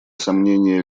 сомнение